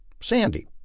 Sandy